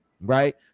right